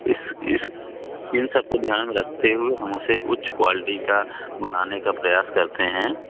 इस इस इन सबको ध्यान रखते हुए हम उसे उच्च क्वालिटी का बनाने का प्रयास करते हैं